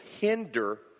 hinder